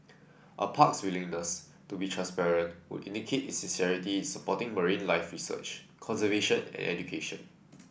a park's willingness to be transparent would indicate its sincerity in supporting marine life research conservation and education